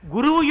Guru